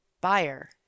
buyer